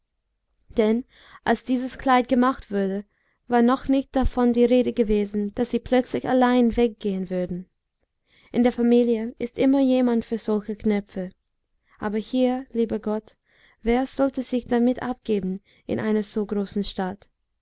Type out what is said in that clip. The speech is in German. denn als dieses kleid gemacht wurde war noch nicht davon die rede gewesen daß sie plötzlich allein weggehen würden in der familie ist immer jemand für solche knöpfe aber hier lieber gott wer sollte sich damit abgeben in einer so großen stadt